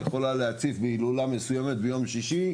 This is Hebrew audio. שיכולה להציף בהילולה מסוימת ביום שישי,